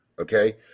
okay